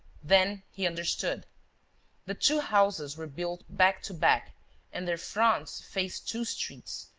then he understood the two houses were built back to back and their fronts faced two streets,